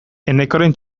enekoren